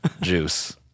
juice